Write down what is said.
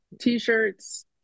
t-shirts